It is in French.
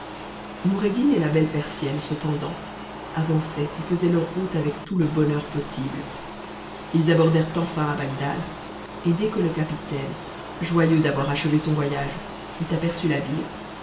noureddin et la belle persienne cependant avançaient et faisaient leur route avec tout le bonheur possible us abordèrent enfin à bagdad t't b capitaine joyeux d'avoir achevé son voyage eut aperçu la ville